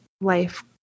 life